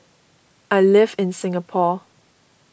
I live in Singapore